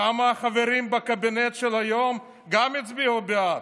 כמה חברים בקבינט של היום גם הצביעו בעד: